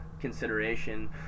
consideration